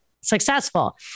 successful